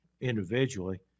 Individually